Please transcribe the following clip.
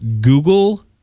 Google